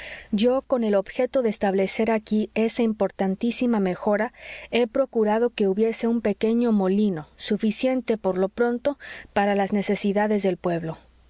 yo con el objeto de establecer aquí esa importantísima mejora he procurado que hubiese un pequeño molino suficiente por lo pronto para las necesidades del pueblo